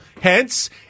hence